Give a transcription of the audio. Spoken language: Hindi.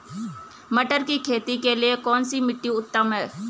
मटर की खेती के लिए कौन सी मिट्टी उत्तम है?